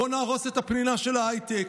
בואו נהרוס את הפנינה של ההייטק.